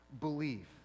Believe